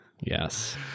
Yes